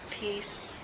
Peace